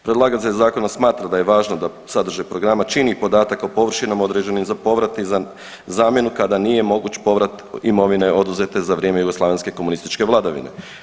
Predlagatelj zakona smatra da je važno da sadržaj programa čini i podatak o površinama određenim za ... zamjenu kada nije moguć povrat imovine oduzete za vrijeme jugoslavenske komunističke vladavine.